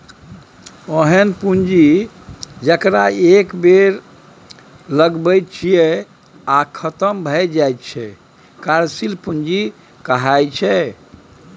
ओहेन पुंजी जकरा एक बेर लगाबैत छियै आ खतम भए जाइत छै कार्यशील पूंजी कहाइ छै